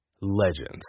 Legends